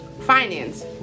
Finance